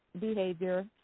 behavior